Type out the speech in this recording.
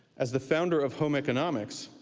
as the founder of home economics,